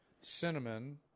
cinnamon